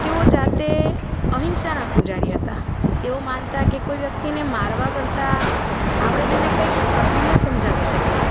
તેઓ જાતે અહિંસાના પૂજારી હતા તેઓ માનતા કે કોઈ વ્યક્તિને મારવા કરતા આપણે તેને કંઈક કહીને સમજાવી શકીએ